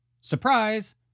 Surprise